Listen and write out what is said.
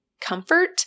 Comfort